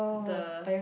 the